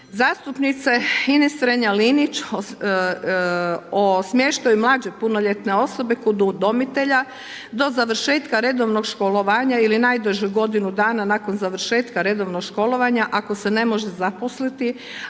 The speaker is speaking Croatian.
Zastupnice Ines Strenja Linić, o smještaju mlađe punoljetne osobe kod udomitelja do završetka redovnog školovanja ili najduže godinu dana nakon završetka redovnog školovanja ako se ne može zaposliti,